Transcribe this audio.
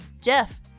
Jeff